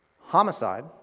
Homicide